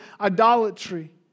idolatry